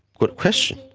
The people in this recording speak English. good question.